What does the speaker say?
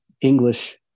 English